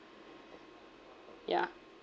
yeah